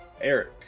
Eric